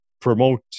promote